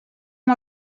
amb